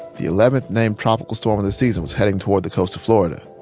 the eleventh named tropical storm of the season was heading toward the coast of florida.